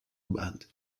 band